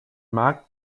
markt